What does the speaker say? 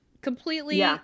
completely